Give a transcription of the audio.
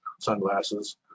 sunglasses